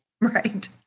Right